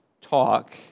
talk